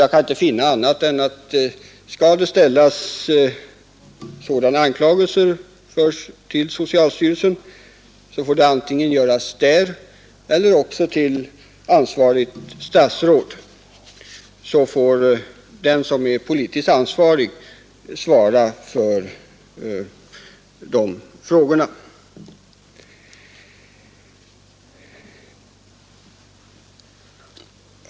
Jag kan inte finna annat än att om det skall riktas sådana anklagelser mot socialstyrelsen så får det antingen ske direkt till socialstyrelsen eller till det ansvariga statsrådet, så att den som bär det politiska ansvaret kan gå i svaromål.